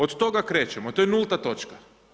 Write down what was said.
Od toga krećemo, to je nulta točka.